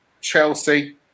Chelsea